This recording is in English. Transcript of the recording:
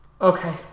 Okay